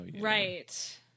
right